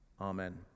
Amen